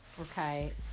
okay